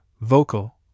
vocal